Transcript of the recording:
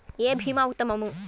ఏ భీమా ఉత్తమము?